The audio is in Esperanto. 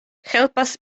helpas